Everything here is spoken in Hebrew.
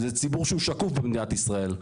זה ציבור שהוא שקוף במדינת ישראל.